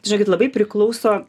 žinokit labai priklauso